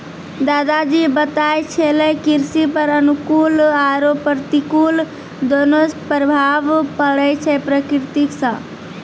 दादा जी बताय छेलै कृषि पर अनुकूल आरो प्रतिकूल दोनों प्रभाव पड़ै छै प्रकृति सॅ